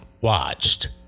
watched